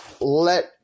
let